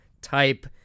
type